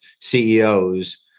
CEOs